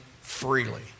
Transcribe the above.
freely